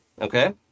Okay